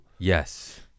Yes